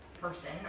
person